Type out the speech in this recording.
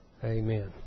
Amen